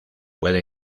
puede